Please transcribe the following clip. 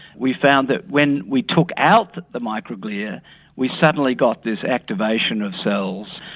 we found that when we took out the microglia we suddenly got this activation of cells.